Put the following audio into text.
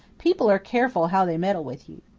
people are careful how they meddle with you.